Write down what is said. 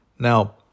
Now